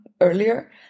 earlier